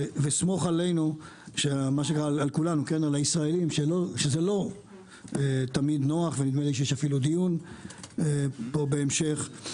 וסמוך על הישראלים שזה לא תמיד נוח ונדמה לי שיש אפילו דיון פה בהמשך.